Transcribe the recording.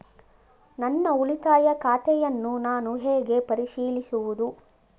ನನ್ನ ಉಳಿತಾಯ ಖಾತೆಯನ್ನು ನಾನು ಹೇಗೆ ಪರಿಶೀಲಿಸುವುದು?